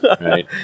right